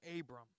Abram